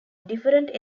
different